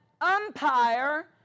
umpire